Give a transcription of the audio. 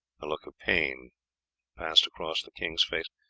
a look of pain passed across the king's face.